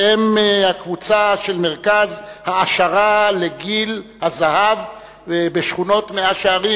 שהן הקבוצה של מרכז העשרה לגיל הזהב בשכונות מאה-שערים,